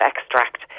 extract